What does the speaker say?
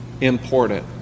important